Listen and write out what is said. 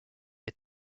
est